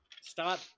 stop